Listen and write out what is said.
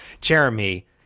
Jeremy